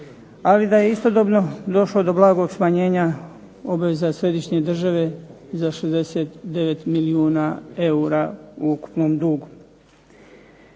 ali da je istodobno došlo do blagog smanjenja obveza središnje države za 69 milijuna eura u ukupnom dugu.